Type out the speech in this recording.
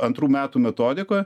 antrų metų metodikoj